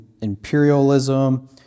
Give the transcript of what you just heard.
imperialism